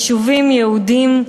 יישובים יהודיים,